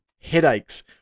Headaches